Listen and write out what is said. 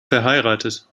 verheiratet